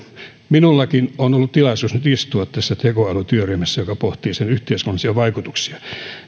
minullakin on ollut tilaisuus nyt istua tässä tekoälytyöryhmässä joka pohtii sen yhteiskunnallisia vaikutuksia ja